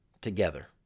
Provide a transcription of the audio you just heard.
together